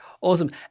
Awesome